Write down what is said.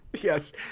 Yes